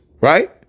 Right